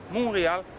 Montréal